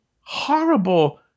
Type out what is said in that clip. Horrible